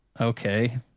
okay